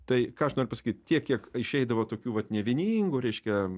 tai ką aš noriu pasakyt tiek kiek išeidavo tokių vat nevieningų reiškia